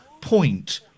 point